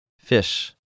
Fish